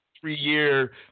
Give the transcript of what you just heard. Three-year